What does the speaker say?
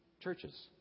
churches